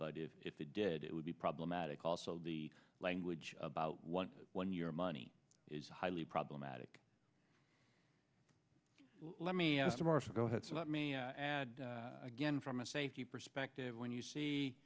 but if it did it would be problematic also the language about one when your money is highly problematic let me ask marsha go ahead so let me add again from a safety perspective when you see